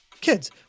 Kids